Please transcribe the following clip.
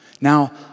Now